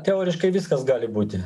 teoriškai viskas gali būti